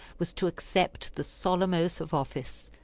was to accept the solemn oath of office,